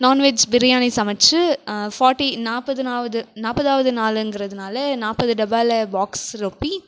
non veg biryani சமைச்சு forty நாற்பதுனாவது நாற்பதாவது நாளுங்கிறதுனால் நாற்பது டப்பாவில் பாக்ஸ் ரொப்பி